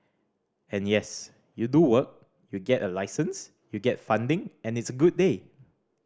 and yes you do work you get a license you get funding and it's a good day